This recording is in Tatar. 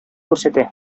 күрсәтер